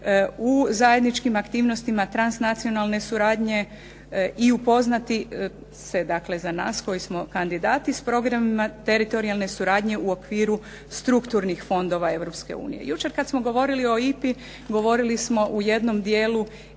u zajedničkim aktivnostima transnacionalne suradnje i upoznati se dakle za nas koji smo kandidati s programima teritorijalne suradnje u okviru strukturnih fondova Europske unije. Jučer kada smo govorilo o IPA-i govorili smo u jednom dijelu